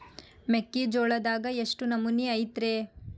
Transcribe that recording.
ಮೆಕ್ಕಿಜೋಳದಾಗ ಎಷ್ಟು ನಮೂನಿ ಐತ್ರೇ?